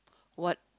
what